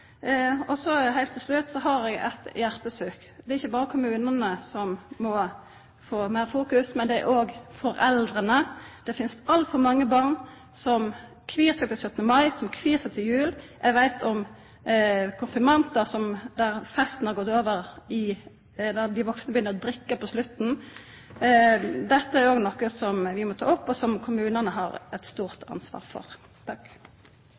Heilt til slutt har eg eit hjartesukk: Det er ikkje berre kommunane som må få meir fokus, det er òg foreldra. Det finst altfor mange barn som kvir seg for 17. mai, kvir seg for jul. Eg veit om konfirmasjonar der festen har gått over i at dei vaksne byrjar å drikka på slutten. Dette er òg noko som vi må ta opp, og som kommunane har eit stort ansvar for.